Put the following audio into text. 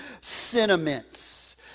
sentiments